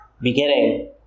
beginning